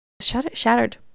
shattered